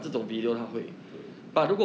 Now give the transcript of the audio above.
对